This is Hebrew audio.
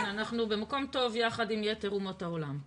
כן, אנחנו במקום טוב יחד עם יתר אומות העולם.